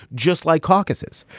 just like caucuses.